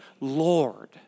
Lord